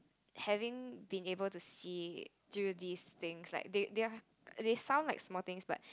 having been able to see through these things like they they are they sound like small things but